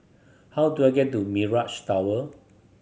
how do I get to Mirage Tower